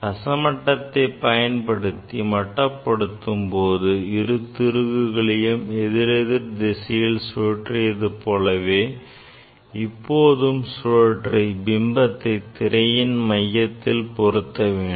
ரச மட்டத்தை பயன்படுத்தி மட்டபடுத்தும்போது இரு திருகுகளையும் எதிரெதிர் திசையில் சுழற்றியது போலவே இப்போதும் சுழற்றி பிம்பத்தை திரையின் மையத்தில் பொருத்த வேண்டும்